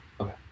Okay